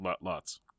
lots